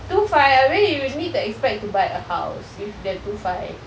two five abeh you need to expect to buy a house with the two five